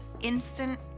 instant